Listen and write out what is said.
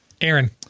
aaron